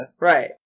Right